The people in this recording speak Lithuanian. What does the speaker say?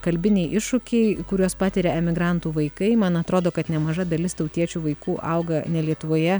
kalbiniai iššūkiai kuriuos patiria emigrantų vaikai man atrodo kad nemaža dalis tautiečių vaikų auga ne lietuvoje